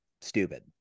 stupid